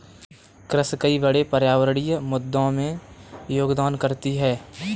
कृषि कई बड़े पर्यावरणीय मुद्दों में योगदान करती है